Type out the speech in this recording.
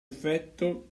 effetto